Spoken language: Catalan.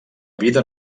vida